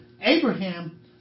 Abraham